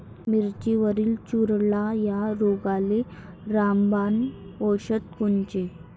मिरचीवरील चुरडा या रोगाले रामबाण औषध कोनचे?